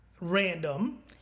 random